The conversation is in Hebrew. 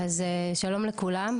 שלום לכולם,